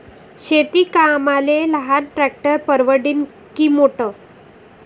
शेती कामाले लहान ट्रॅक्टर परवडीनं की मोठं?